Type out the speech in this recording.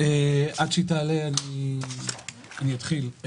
ואני אתחיל.